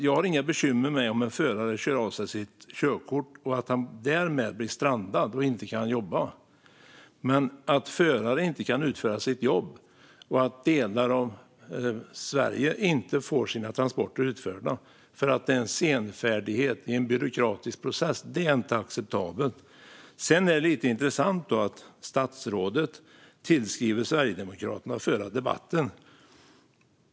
Jag har inga bekymmer med att en förare kör av sig sitt körkort och därmed blir strandad och inte kan jobba, men att förare inte kan utföra sitt jobb och att delar av Sverige inte får sina transporter utförda därför att det finns en senfärdighet i en byråkratisk process är inte acceptabelt. Det är lite intressant att statsrådet har tillskrivit Sverigedemokraterna förardebatten.